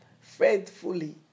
faithfully